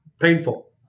painful